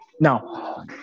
Now